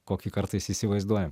kokį kartais įsivaizduojam